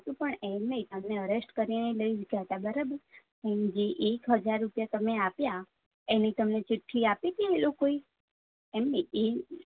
તો પણ એમ નહીં તમને અરેસ્ટ કરીને લઈ જ ગયા હતા બરાબર હા જે એક હજાર રૂપિયા તમે આપ્યા એની તમને ચીઠ્ઠી આપી હતી એ લોકોએ એમ નહીં એ